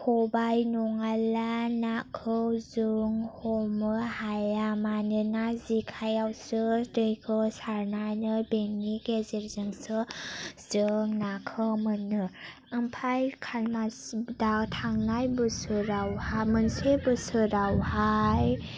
खबाय नङाब्ला नाखौ जों हमनो हाया मानोना जेखाइ आवसो दैखौ सारनानै बेनि गेजेरजोंसो जों नाखौै मोनो ओमफ्राय खालमासि दा थांनाय बोसोराव मोनसे बोसोरावहाय